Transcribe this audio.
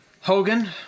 Hogan